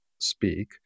speak